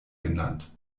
genannt